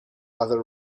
other